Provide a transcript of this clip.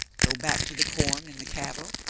go back to the corn and the cattle,